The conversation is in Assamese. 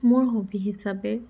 মোৰ হবি হিচাপে